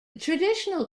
traditional